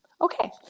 Okay